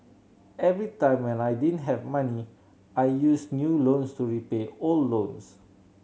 every time when I didn't have money I used new loans to repay old loans